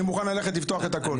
אני מוכן לפתוח את הכול.